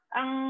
ang